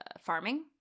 farming